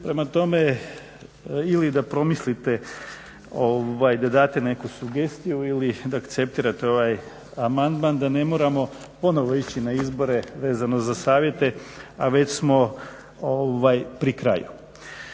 Prema tome ili da promislite da date neku sugestiju ili da akceptirate ovaj amandman da ne moramo ponovo ići na izbore vezano za savjete, a već smo pri kraju.